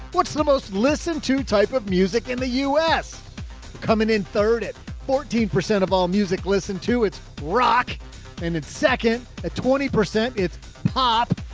what's the most listened to type of music in the us coming in third at fourteen percent of all music listened to it. rock and it's second at twenty percent it's pop,